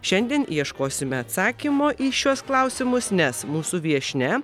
šiandien ieškosime atsakymo į šiuos klausimus nes mūsų viešnia